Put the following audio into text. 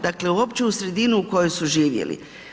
Dakle uopće u sredinu u kojoj su živjeli.